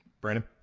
Brandon